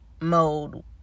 mode